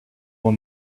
will